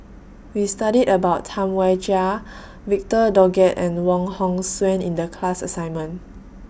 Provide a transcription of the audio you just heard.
We studied about Tam Wai Jia Victor Doggett and Wong Hong Suen in The class assignment